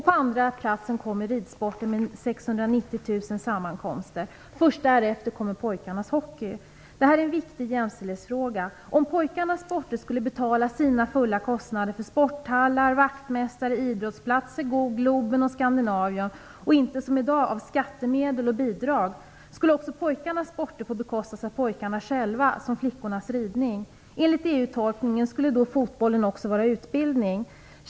På andra plats kommer ridsporten, med 690 000 sammankomster. Först därefter kommer pojkarnas hockey. Det här är en viktig jämställdhetsfråga. Om pojkarnas sporter skulle betala sina fulla kostnader för sporthallar, vaktmästare, idrottsplatser, Globen och Skandinavium och inte som i dag ha tillgång till skattemedel och bidrag, skulle också pojkarnas sporter få bekostas av pojkarna själva, som flickorna får göra med sin ridning. Enligt EU-tolkningen skulle då fotbollen också vara utbildning.